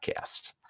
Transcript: Podcast